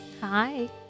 hi